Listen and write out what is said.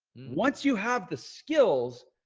once you have the skills,